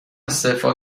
استعفا